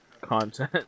content